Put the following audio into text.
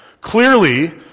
clearly